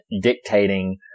dictating